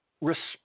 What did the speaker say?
respect